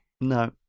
No